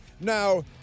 Now